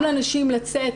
גם לנשים לצאת,